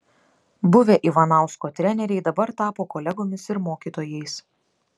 buvę ivanausko treneriai dabar tapo kolegomis ir mokytojais